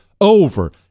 over